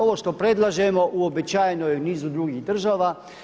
Ovo što predlažemo uobičajeno je u nizu drugih država.